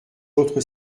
autres